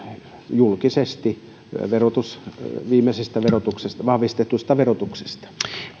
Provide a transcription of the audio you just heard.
julkisesti löydettävissä viimeisestä vahvistetusta verotuksesta